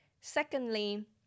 Secondly